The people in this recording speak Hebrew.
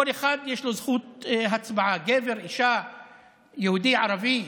לכל אחד יש זכות הצבעה, גבר, אישה, יהודי, ערבי,